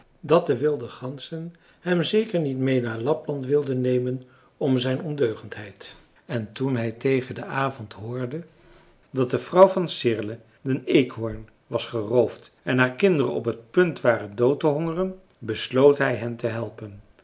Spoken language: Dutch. dat de wilde ganzen hem zeker niet meê naar lapland wilden nemen om zijn ondeugendheid en toen hij tegen den avond hoorde dat de vrouw van sirle den eekhoorn was geroofd en haar kinderen op het punt waren dood te hongeren besloot hij hen te helpen